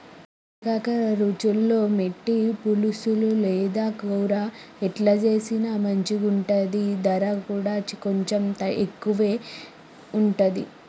బోడ కాకర రుచిలో మేటి, పులుసు లేదా కూర ఎట్లా చేసిన మంచిగుంటది, దర కూడా కొంచెం ఎక్కువే ఉంటది